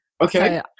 Okay